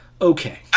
Okay